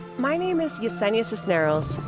my name is yesenia cisneros,